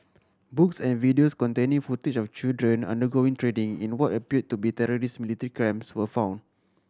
books and videos containing footage of children undergoing training in what appeared to be terrorist military camps were found